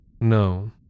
no